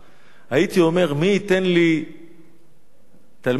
הייתי אומר מי ייתן לי תלמיד חכם